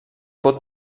pot